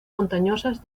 montañosas